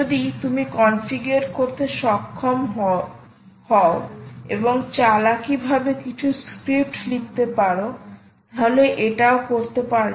যদি তুমি কনফিগার করে চালাকিভাবে কিছু স্ক্রিপ্ট লিখতে পারো তাহলে এটাও করতে পারবে